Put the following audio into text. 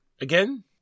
again